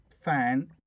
fan